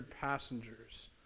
passengers